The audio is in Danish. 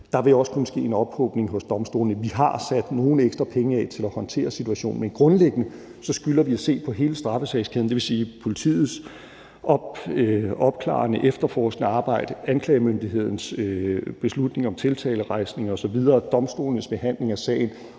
Der vil også kunne ske en ophobning hos domstolene. Vi har sat nogle ekstra penge af til at håndtere situationen, men grundlæggende skylder vi at se på hele straffesagskæden, dvs. politiets opklarende, efterforskende arbejde, anklagemyndighedens beslutning om tiltalerejsning osv., domstolenes behandling af sagen